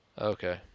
Okay